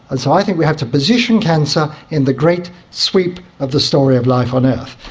and so i think we have to position cancer in the great sweep of the story of life on earth.